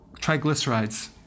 triglycerides